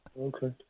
Okay